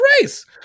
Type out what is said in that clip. race